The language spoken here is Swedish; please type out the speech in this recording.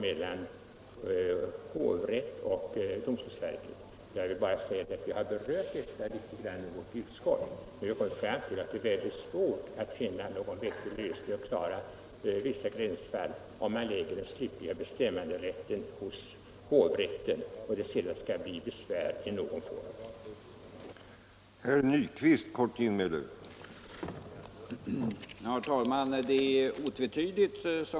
Jag vill bara säga att vi något berört detta i utskottet och kommit fram till att det är mycket svårt att finna någon vettig lösning av vissa gränsfall, om man lägger den slutliga bestämmanderätten hos hovrätten och det sedan skall anföras besvär i någon form mot hovrättens beslut.